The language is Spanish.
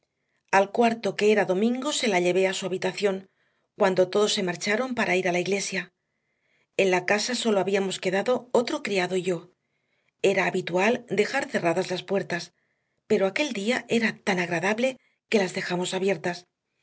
al cuarto que era domingo se la llevé a su habitación cuando todos se marcharon para ir a la iglesia en la casa sólo habíamos quedado otro criado y yo era habitual dejar cerradas las puertas pero aquel día era tan agradable que las dejamos abiertas